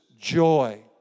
Joy